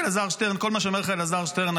כל מה שאומר לך אלעזר שטרן,